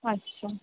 আচ্ছা